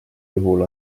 juhul